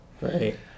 right